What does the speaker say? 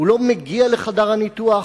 הוא לא מגיע לחדר הניתוח,